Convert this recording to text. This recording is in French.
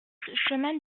chemin